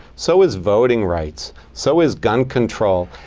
so as voting rights. so is gun control.